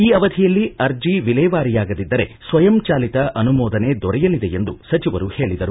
ಈ ಅವಧಿಯಲ್ಲಿ ಅರ್ಜಿ ವಿಲೇವಾರಿಯಾಗದಿದ್ದರೆ ಸ್ವಯಂ ಚಾಲಿತ ಅನುಮೋದನೆ ದೊರೆಯಲಿದೆ ಎಂದು ಸಚಿವರು ಹೇಳಿದರು